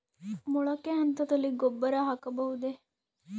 ಮೊಳಕೆ ಹಂತದಲ್ಲಿ ಗೊಬ್ಬರ ಹಾಕಬಹುದೇ?